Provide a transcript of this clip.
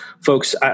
folks